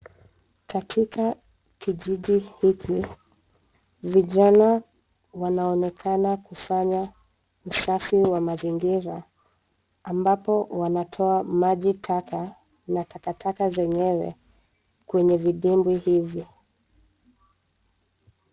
Katika kijiji hiki vijana wanaonekana kufanya usafi wa mazingira ambapo wanatoa maji taka na takataka zenyewe kwenye vidibwi hivi.